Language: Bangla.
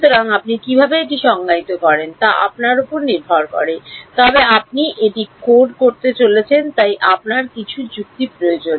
সুতরাং আপনি কীভাবে এটি সংজ্ঞায়িত করেন তা আপনার উপর নির্ভর করে তবে আপনি এটি কোড করতে চলেছেন তাই আপনার কিছু যুক্তি প্রয়োজন